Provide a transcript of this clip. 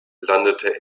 landete